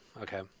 Okay